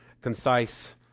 concise